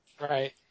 Right